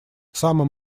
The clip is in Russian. самым